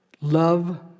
love